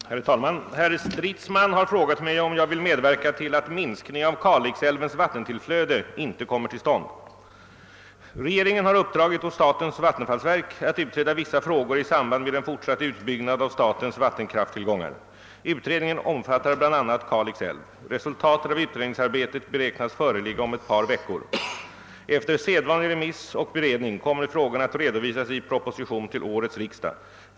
Herr talman! Herr Stridsman har frågat mig, om jag vill medverka till att minskning av Kalixälvens vattentillflöde inte kommer till stånd. Regeringen har uppdragit åt statens vattenfallsverk att utreda vissa frågor i samband med en fortsatt utbyggnad av statens vattenkrafttillgångar. Utredningen omfattar bl.a. Kalix älv. Resultatet av utredningsarbetet beräknas föreligga om ett par veckor. Efter sedvanlig remiss och beredning kommer frågan att redovisas i proposition till årets riksdag.